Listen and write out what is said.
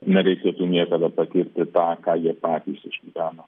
nereikėtų niekada patirti tą ką jie patys išgyveno